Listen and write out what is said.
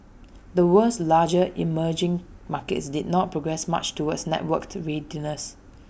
the world's larger emerging markets did not progress much towards networked readiness